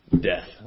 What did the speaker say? death